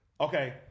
Okay